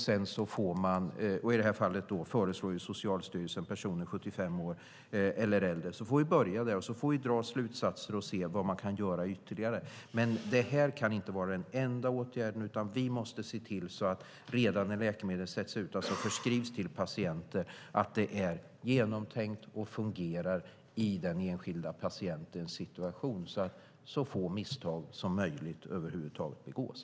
Socialstyrelsen har föreslagit personer från 75 år och uppåt. Vi börjar där, och sedan får vi dra slutsatser av det och se vad vi kan göra ytterligare. Det här kan dock inte vara den enda åtgärden. Vi måste se till att det redan när läkemedel förskrivs är genomtänkt och fungerar i den enskilda patientens situation så att så få misstag som möjligt begås.